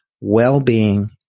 well-being